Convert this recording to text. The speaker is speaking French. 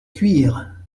cuire